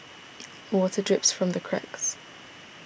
water drips from the cracks